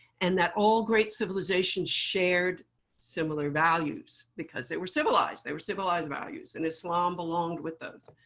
and that all great civilizations shared similar values, because they were civilized. they were civilized values. and islam belonged with those.